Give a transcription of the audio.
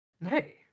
Nay